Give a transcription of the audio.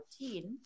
14